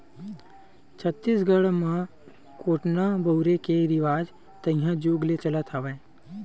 छत्तीसगढ़ म कोटना बउरे के रिवाज तइहा जुग ले चले आवत हे